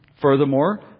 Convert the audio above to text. Furthermore